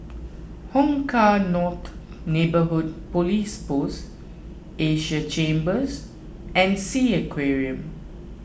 Hong Kah North Neighbourhood Police Post Asia Chambers and Sea Aquarium